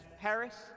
Paris